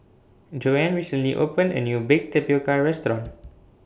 Joanne recently opened A New Baked Tapioca Restaurant